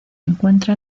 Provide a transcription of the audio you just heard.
encuentra